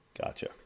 gotcha